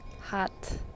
hot